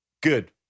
Good